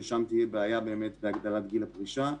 שם תהיה בעיה בהגדלת גיל הפרישה.